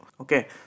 Okay